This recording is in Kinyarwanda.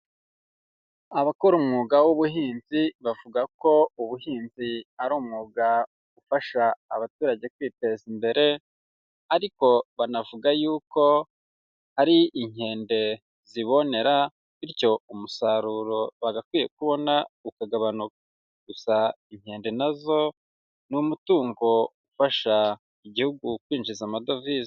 Abakora umwuga w'ubuhinzi bavuga ko ubuhinzi ari umwuga ufasha abaturage kwiteza imbere, ariko banavuga yuko ari inkende zibonera bityo umusaruro bagakwiye kubona ukagabanuka. Gusa inkende na zo ni umutungo ufasha igihugu kwinjiza amadovize.